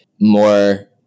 more